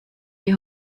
die